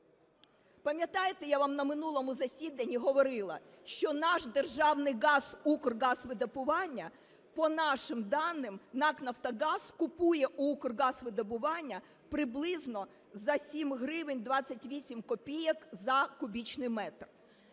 Пам'ятаєте, я вам на минулому засіданні говорила, що наш державний газ, Укргазвидобування, по нашим даним НАК "Нафтогаз" купує у Укргазвидобування приблизно за 7 гривень 28 копійок за кубічний метр.